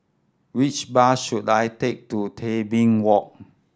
which bus should I take to Tebing Walk